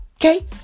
Okay